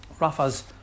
Rafa's